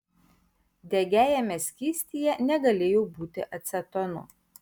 degiajame skystyje negalėjo būti acetono